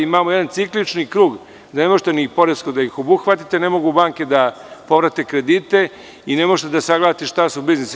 Imamo jedan ciklični krug, gde ne možete poreski da iz obuhvatite, ne mogu banke da povrate kredite i ne možete da sagledate šta su biznisi.